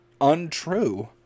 untrue